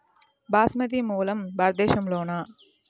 బాస్మతి మూలం భారతదేశంలోనా?